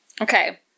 Okay